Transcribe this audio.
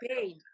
pain